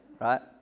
right